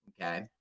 Okay